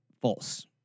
false